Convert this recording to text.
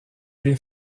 des